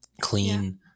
clean